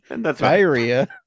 diarrhea